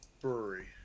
brewery